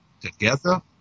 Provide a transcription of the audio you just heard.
together